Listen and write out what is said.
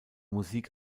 musik